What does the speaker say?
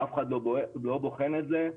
אף אחד לא בוחן את זה.